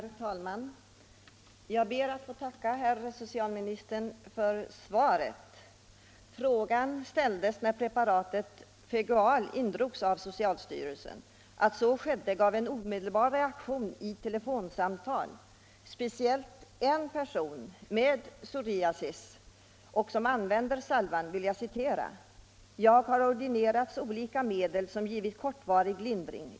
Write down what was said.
Herr talman! Jag ber att få tacka herr socialministern för svaret. Frågan ställdes när preparatet Fagual indrogs av socialstyrelsen. Att så skedde gav en omedelbar reaktion i telefonsamtal. Speciellt en person som lider av psoriasis och som använder salvan vill jag citera: ”Jag har ordinerats olika medel som givit kortvarig lindring.